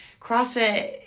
CrossFit